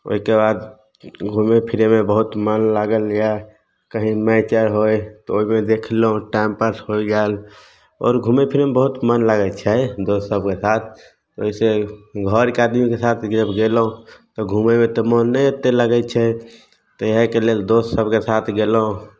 ओहिके बाद घूमय फिरयमे बहुत मन लागल यए कहीँ मैच आर होय तऽ ओहिमे देखलहुँ टाइम पास होय गेल आओर घूमय फिरयमे बहुत मन लागै छै दोस्त सभके साथ ओहिसँ घरके आदमीके साथ गयलहुँ तऽ घूमयमे तऽ मोन नहि ओतेक लगै छै तऽ इएहके लेल दोस्त सबके साथ गयलहुँ